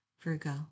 Virgo